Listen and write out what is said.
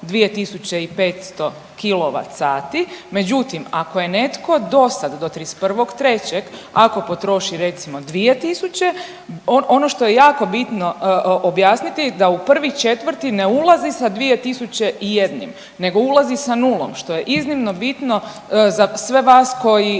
2.500 KWh, međutim ako je netko do sad do 31.3. ako potroši recimo 2.000 ono što je jako bitno objasniti da u 1.4. ne ulazi sa 2.001 nego ulazi sa nulom što je iznimno bitno za sve vas koji